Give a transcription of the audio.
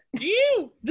Ew